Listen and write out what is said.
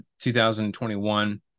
2021